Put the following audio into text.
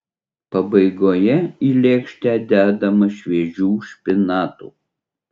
pabaigoje į lėkštę dedama šviežių špinatų